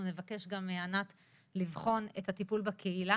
נבקש גם מענת לבחון את הטיפול בקהילה